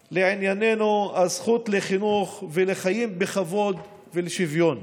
לענייננו, הזכות לחינוך, לחיים בכבוד ולשוויון.